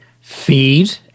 feed